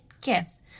gifts